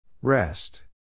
Rest